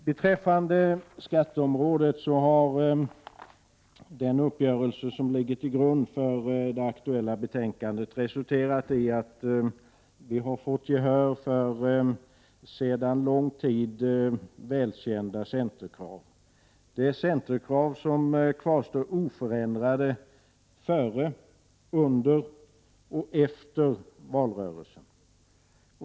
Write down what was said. Den uppgörelse på skatteområdet som ligger till grund för det aktuella betänkandet har resulterat i att vi har fått gehör för sedan lång tid välkända centerkrav. Det är centerkrav som har stått oförändrade före, under och efter valrörelsen.